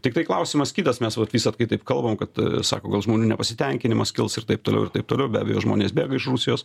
tiktai klausimas kitas mes vat visad kai taip kalbam kad sako gal žmonių nepasitenkinimas kils ir taip toliau ir taip toliau be abejo žmonės bėga iš rusijos